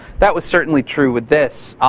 that was certainly true with this.